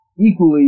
equally